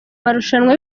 marushanwa